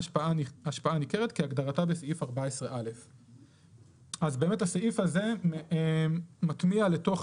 "השפעה ניכרת" כהגדרתה בסעיף 14א". הסעיף הזה מטמיע לתוך